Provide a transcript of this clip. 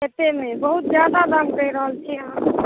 अतेकमे बहुत जादा दाम कहि रहल छियै अहाँ